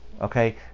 okay